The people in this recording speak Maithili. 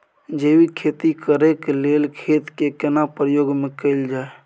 जैविक खेती करेक लैल खेत के केना प्रयोग में कैल जाय?